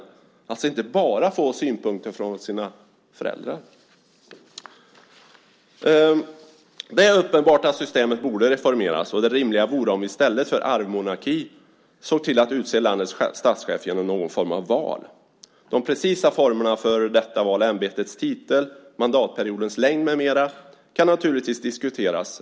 Det räcker alltså inte med bara synpunkter från föräldrarna. Det är uppenbart att systemet borde reformeras. Det rimliga vore att vi i stället för arvmonarki såg till att utse landets statschef genom någon form av val. De precisa formerna för detta val - ämbetets titel, mandatperiodens längd med mera - kan naturligtvis diskuteras.